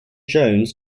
jones